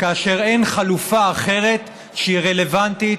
כאשר אין חלופה אחרת שהיא רלוונטית,